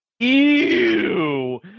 Ew